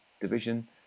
Division